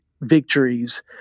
victories